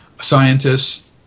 scientists